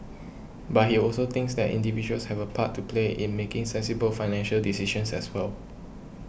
but he also thinks that individuals have a part to play in making sensible financial decisions as well